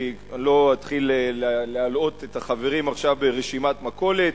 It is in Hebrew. כי אני לא אתחיל להלאות את החברים עכשיו ברשימת מכולת,